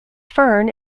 fern